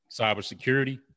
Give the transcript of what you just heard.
Cybersecurity